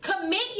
Commit